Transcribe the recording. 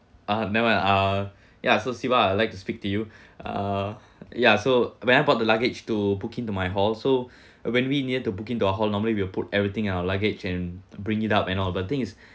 ah never mind uh ya so siva I'd like to speak to you uh ya so when I bought the luggage to book into my hall so uh when we near to book into our hall normally we'll put everything at our luggage and bring it up and all but the thing is